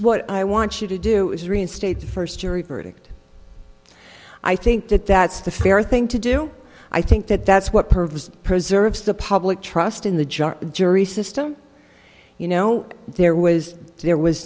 what i want you to do is reinstate the first jury verdict i think that that's the fair thing to do i think that that's what pervs preserves the public trust in the jar the jury system you know there was there was